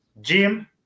gym